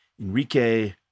enrique